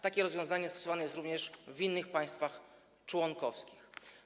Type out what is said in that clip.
Takie rozwiązanie stosowane jest również w innych państwach członkowskich.